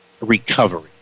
recovery